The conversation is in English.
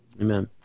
Amen